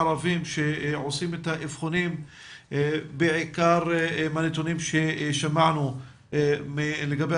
ערבים שעושים את האבחונים בעיקר מהנתונים ששמענו לגבי